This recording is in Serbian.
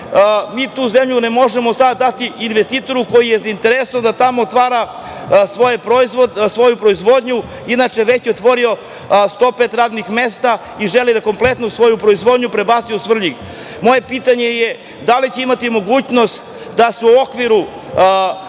mi tu zemlju ne možemo sada dati investitoru koji je zainteresovan da tamo otvara svoju proizvodnju. Inače, već je otvorio 105 radnih mesta i želi da kompletnu svoju proizvodnju prebaci u Svrljig. Moje pitanje je da li će imati mogućnost da se u okviru